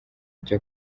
byo